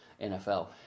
NFL